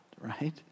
right